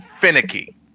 finicky